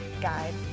guide